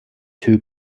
two